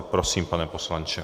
Prosím, pane poslanče.